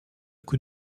coup